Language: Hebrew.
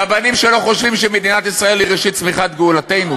רבנים שלא חושבים שמדינת ישראל היא ראשית צמיחת גאולתנו,